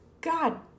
God